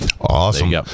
Awesome